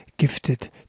gifted